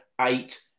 Eight